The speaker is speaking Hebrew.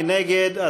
מי נגד?